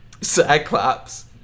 Cyclops